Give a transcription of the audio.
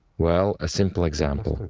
well, a simple example.